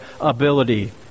ability